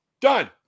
Done